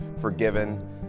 forgiven